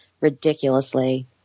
ridiculously